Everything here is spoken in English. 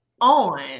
on